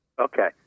Okay